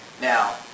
Now